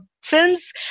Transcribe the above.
films